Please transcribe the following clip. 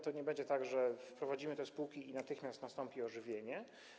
To nie będzie tak, że wprowadzimy te spółki i natychmiast nastąpi ożywienie.